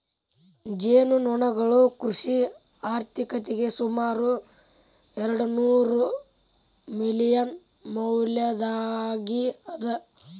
ಜೇನುನೊಣಗಳು ಕೃಷಿ ಆರ್ಥಿಕತೆಗೆ ಸುಮಾರು ಎರ್ಡುನೂರು ಮಿಲಿಯನ್ ಮೌಲ್ಯದ್ದಾಗಿ ಅದ